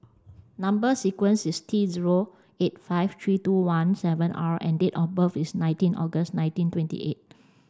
number sequence is T zero eight five three twenty one seven R and date of birth is nineteen August nineteen twenty eight